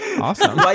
Awesome